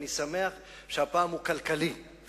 ואני שמח שהפעם הוא כלכלי-חברתי,